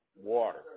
water